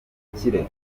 n’ubukire